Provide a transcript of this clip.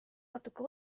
natuke